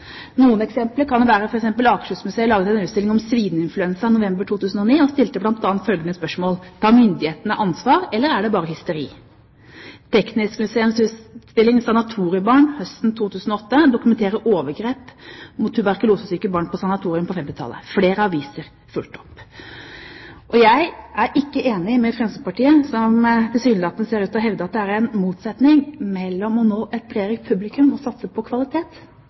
Noen eksempler: Akershusmuseet lagde en utstilling om svineinfluensaen november 2009 og stilte bl.a. følgende spørsmål: Tar myndighetene ansvar, eller er det bare hysteri? Norsk Teknisk Museums utstilling «Sanatoriebarn» høsten 2008 dokumenterer overgrep mot tuberkulosesyke barn på sanatorier på 1950-tallet. Flere aviser fulgte opp. Jeg er ikke enig med Fremskrittspartiet, som tilsynelatende ser ut til å hevde at det er en motsetning mellom å nå et bredere publikum og å satse på kvalitet